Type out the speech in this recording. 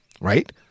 right